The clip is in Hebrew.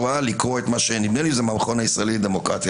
קרא לקרוא נדמה לי שזה המכון הישראלי לדמוקרטיה,